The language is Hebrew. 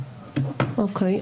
אוקיי.